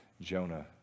Jonah